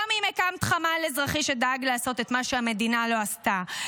גם אם הקמת חמ"ל אזרחי שדאג לעשות את מה שהמדינה לא עשתה,